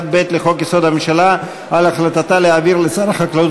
31(ב) לחוק-יסוד: הממשלה על החלטתה להעביר לשר החקלאות